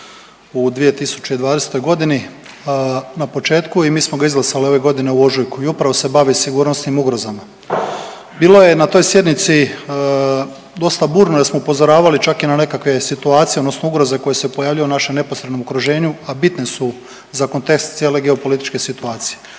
u 2020. g. na početku i mi smo ga izglasali ove godine u ožujku i upravo se bavi sigurnosnim ugrozama. Bilo je na toj sjednici dosta burno jer smo upozoravali čak i na nekakve situacije odnosno ugroze koje se pojavljuju u našem neposrednom okruženju, a bitne su za kontekst cijele geopolitičke situacije.